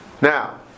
Now